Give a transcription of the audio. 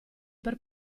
per